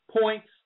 points